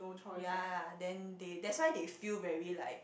ya then they that's why they feel very like